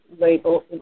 label